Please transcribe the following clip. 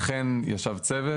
אכן ישב צוות.